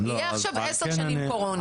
יהיה עכשיו 10 שנים קורונה,